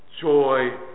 joy